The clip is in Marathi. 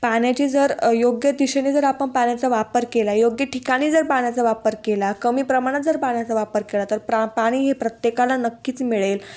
पाण्याची जर योग्य दिशेने जर आपण पाण्याचा वापर केला योग्य ठिकाणी जर पाण्याचा वापर केला कमी प्रमाणात जर पाण्याचा वापर केला तर प्र पाणी हे प्रत्येकाला नक्कीच मिळेल